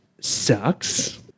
sucks